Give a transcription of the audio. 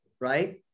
Right